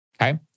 Okay